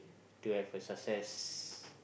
to have a success